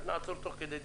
אז נעצור תוך כדי דיון,